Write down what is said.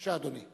בבקשה, אדוני.